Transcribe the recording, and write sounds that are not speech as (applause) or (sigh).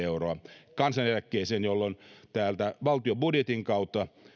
(unintelligible) euroa kansaneläkkeeseen jolloin valtion budjetin kautta